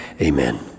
Amen